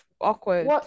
awkward